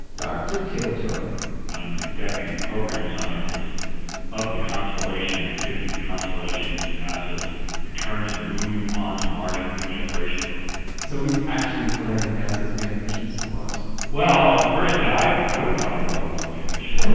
dr. kill-joy i'm the deputy program scientist of the constellation activity. and constellation is nasa's return to the moon on to mars human exploration program so he's actually planning nasa's manned missions to mars well, personally, i i wouldn't want to go on a one-way mission.